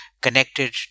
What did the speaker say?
connected